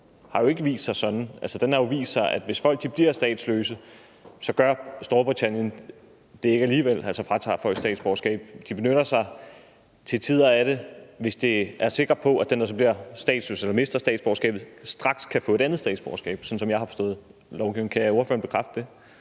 har jo ikke vist sig at være sådan. Den har jo vist, at hvis folk bliver statsløse, gør Storbritannien det ikke alligevel, altså fratager folk statsborgerskabet. De benytter sig til tider af det, hvis de er sikre på, at de, der mister statsborgerskabet, straks kan få et andet statsborgerskab – sådan som jeg har forstået lovgivningen. Kan ordføreren bekræfte det?